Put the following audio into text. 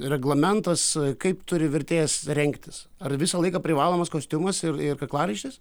reglamentas kaip turi vertėjas rengtis ar visą laiką privalomas kostiumas ir ir kaklaraištis